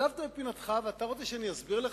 התייצבת בפינתך, ואתה רוצה שאני אסביר לך?